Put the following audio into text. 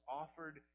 offered